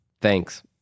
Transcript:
Thanks